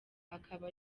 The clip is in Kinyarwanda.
akaba